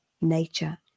nature